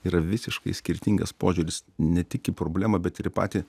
yra visiškai skirtingas požiūris ne tik į problemą bet ir patį